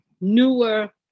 newer